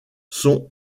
sont